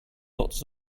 lots